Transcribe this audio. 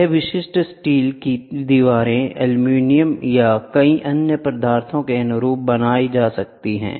यह विशिष्ट स्टील की दीवारों एल्यूमीनियम या कई अन्य पदार्थों के अनुरूप बनाया जा सकता है